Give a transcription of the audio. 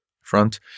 front